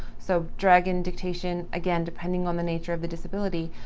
so, dragon dictation, again, depending on the nature of the disability,